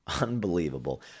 Unbelievable